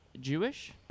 Jewish